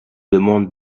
demande